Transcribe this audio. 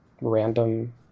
random